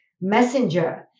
messenger